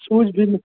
shoes भी